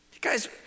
guys